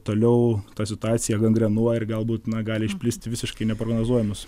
toliau ta situacija gangrenuoja ir galbūt na gali išplisti visiškai neprognozuojamus